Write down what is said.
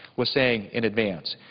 was saying in advance.